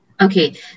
Okay